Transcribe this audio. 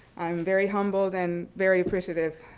i'm very humbled and very appreciative,